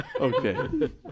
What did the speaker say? Okay